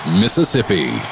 Mississippi